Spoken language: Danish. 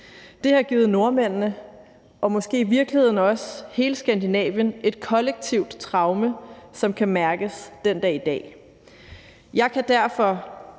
Det har givet nordmændene og måske i virkeligheden også hele Skandinavien et kollektivt traume, som kan mærkes den dag i dag. Jeg kan derfor